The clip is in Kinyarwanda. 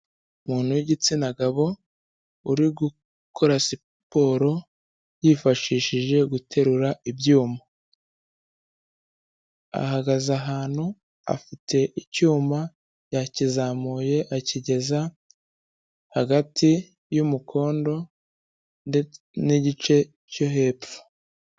Umuntu w'igitsina gabo uri gukora siporo yifashishije guterura ibyuma, ahagaze ahantu afite icyuma yakizamuye akigeza hagati y'umukondo ndetse n'igice cyo hepfo.